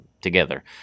together